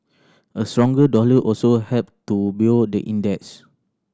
a stronger dollar also helped to buoy the index